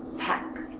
pack.